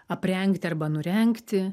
aprengti arba nurengti